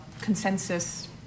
consensus